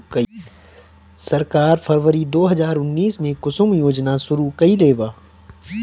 सरकार फ़रवरी दो हज़ार उन्नीस में कुसुम योजना शुरू कईलेबा